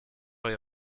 est